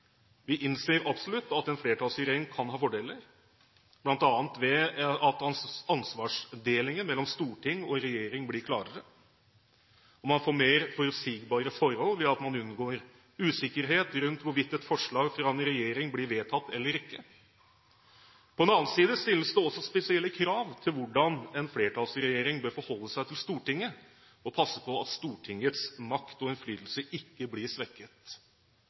Vi innser absolutt at en flertallsregjering kan ha fordeler, bl.a. ved at ansvarsdelingen mellom storting og regjering blir klarere, og man får mer forutsigbare forhold ved at man unngår usikkerhet rundt hvorvidt et forslag fra en regjering blir vedtatt eller ikke. På den annen side stilles det også spesielle krav til hvordan en flertallsregjering bør forholde seg til Stortinget og passe på at Stortingets makt og innflytelse ikke blir svekket.